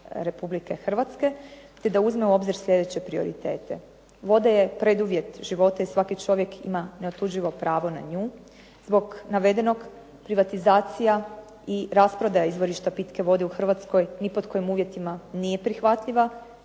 Republike Hrvatske i da uzme u obzir sljedeće prioritete. Voda je preduvjet života i svaki čovjek ima neotuđivo pravo na nju. Zbog navedenog privatizacija i rasprodaja izvorišta pitke vode u Hrvatskoj ni pod kojim uvjetima nije prihvatljiva,